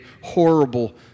horrible